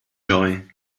joy